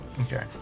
Okay